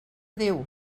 déu